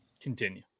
Continue